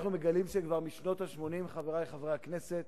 אנחנו מגלים שכבר משנות ה-80, חברי חברי הכנסת,